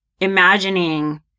imagining